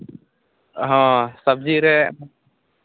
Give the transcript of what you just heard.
ᱦᱮᱸ ᱥᱚᱵᱽᱡᱤ ᱨᱮ